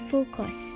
Focus